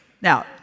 now